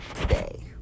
today